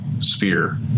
sphere